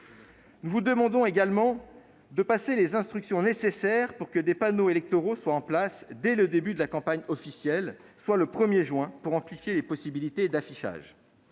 Nous vous demandons également d'adresser les instructions nécessaires pour que les panneaux électoraux soient en place dès le début de la campagne officielle, soit le 1juin, afin d'amplifier les possibilités d'affichage.